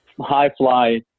high-fly